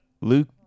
luke